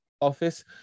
office